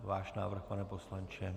Váš návrh, pane poslanče?